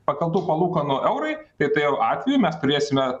pakeltų palūkanų eurai tai atveju mes turėsime